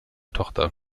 tochter